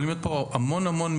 יכולים להיות פה המון מקרים.